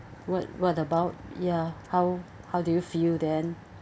what what about ya how how do you feel then